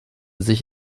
sich